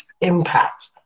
impact